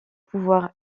pouvoir